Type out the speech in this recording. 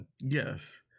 Yes